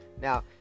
Now